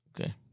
Okay